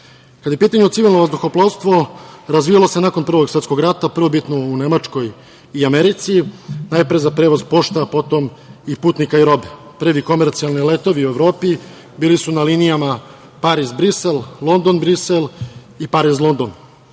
je u pitanju civilno vazduhoplovstvo, razvijalo se nakon Prvog svetskog rata, prvobitno u Nemačkoj i Americi, najpre za prevoz pošte, a potom putnika i robe. Prvi komercijalni letovi u Evropi, bili su na linijama Pariz – Brisel, London – Brisel i Pariz – London.